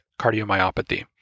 cardiomyopathy